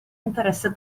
interesse